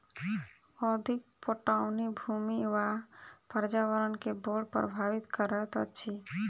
अधिक पटौनी भूमि आ पर्यावरण के बड़ प्रभावित करैत अछि